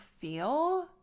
feel